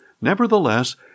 Nevertheless